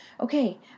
Okay